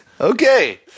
Okay